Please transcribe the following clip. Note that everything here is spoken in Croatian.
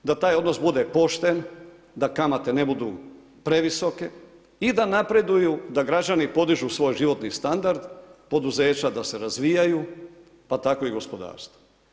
Da taj odnos bude pošten, da kamate ne budu previsoke i da napreduju da građani podižu svoj životni standard, poduzeća da se razvijaju pa tako i gospodarstvo.